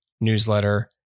newsletter